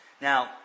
Now